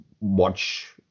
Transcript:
watch